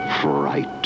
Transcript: fright